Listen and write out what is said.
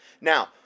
Now